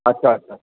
अच्छा अच्छा